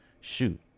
shoot